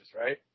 right